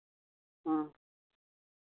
ᱦᱮᱸ